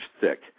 thick